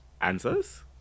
Answers